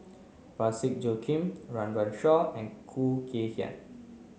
Parsick Joaquim Run Run Shaw and Khoo Kay Hian